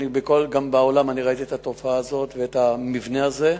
גם בעולם ראיתי את התופעה הזאת ואת המבנה הזה,